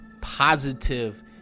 positive